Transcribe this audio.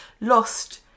lost